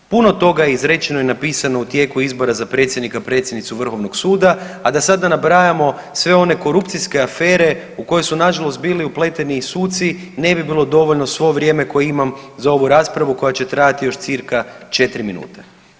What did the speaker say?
Puno toga je izrečeno i napisano u tijeku izbora za predsjednika i predsjednicu vrhovnog suda, a da sad ne nabrajamo sve one korupcijske afere u kojoj su nažalost bili upleteni i suci ne bi bilo dovoljno svo ovo vrijeme koje imam za ovu raspravu koja će trajati još cca. 4 minute.